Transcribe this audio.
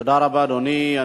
תודה רבה, אדוני.